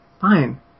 fine